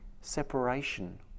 separation